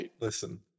Listen